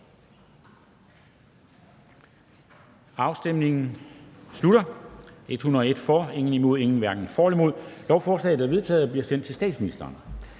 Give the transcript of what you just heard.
Afstemningen slutter.